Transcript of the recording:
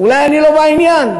אולי אני לא בעניין,